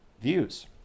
views